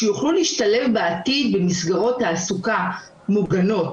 שיוכלו להשתלב בעתיד במסגרות תעסוקה מוגנות,